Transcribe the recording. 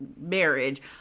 marriage